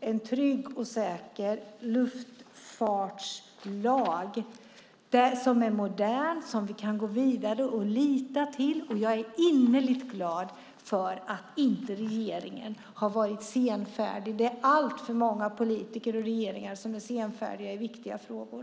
en trygg och säker luftfartslag som är modern och som vi kan gå vidare med och lita på. Jag är innerligt glad att regeringen inte har varit senfärdig. Det är alltför många politiker och regeringar som är senfärdiga i viktiga frågor.